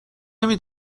نمی